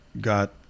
Got